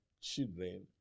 children